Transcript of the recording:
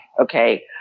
okay